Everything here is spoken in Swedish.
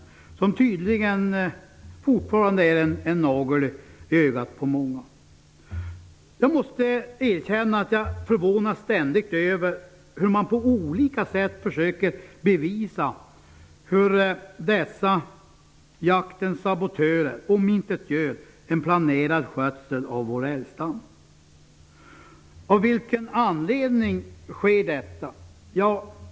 De är tydligen fortfarande en nagel i ögat på många. Jag måste erkänna att jag ständigt förvånas över att man på olika sätt försöker bevisa hur dessa jaktens sabotörer omintetgör en planerad skötsel av vår älgstam. Av vilken anledning sker detta?